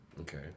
Okay